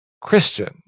christian